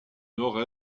nord